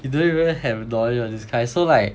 you don't even have knowledge of this kind so like